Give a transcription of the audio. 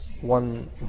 One